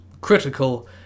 critical